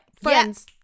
friends